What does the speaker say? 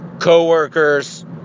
Co-workers